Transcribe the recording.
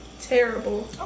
terrible